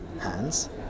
hands